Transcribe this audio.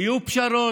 יהיו פשרות,